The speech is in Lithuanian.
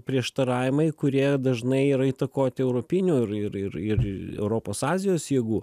prieštaravimai kurie dažnai yra įtakoti europinių ir ir ir europos azijos jėgų